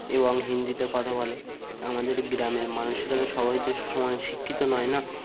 এবং হিন্দিতে কথা বলে আমাদের গ্রামের মানুষেরা তো সবাই তো সমান শিক্ষিত নয় না